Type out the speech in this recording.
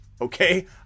okay